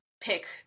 pick